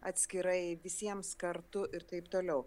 atskirai visiems kartu ir taip toliau